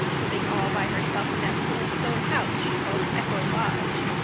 living all by herself in that little stone house she calls echo lodge.